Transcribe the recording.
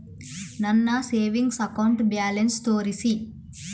ನನ್ನ savings account balance ತೋರಿಸಿ?